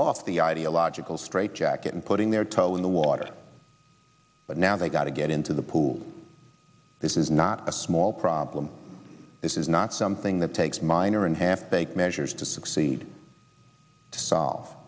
off the ideological straitjacket and putting their toe in the water but now they've got to get into the pool this is not a small problem this is not something that takes minor and half baked measures to succeed to